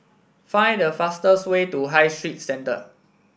find the fastest way to High Street Centre